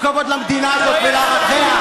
תתבייש.